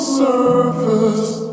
surface